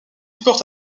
porte